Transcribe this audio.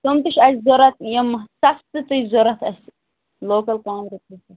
تِم تہِ چھِ اَسہِ ضوٚرَتھ یِم سَستہٕ تہِ چھِ ضوٚرَتھ اَسہِ لوکَل کانٛگرِ